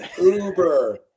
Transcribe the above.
Uber